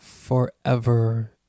forever